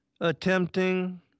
Attempting